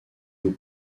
nous